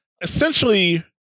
essentially